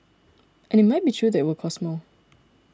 and it might be true that it will cost more